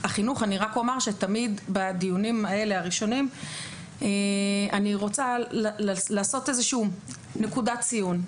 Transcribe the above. אני רק אומר שתמיד בדיונים הראשונים האלה אני רוצה לעשות נקודת ציון.